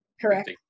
Correct